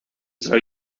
zou